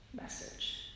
message